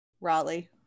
Raleigh